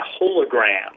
hologram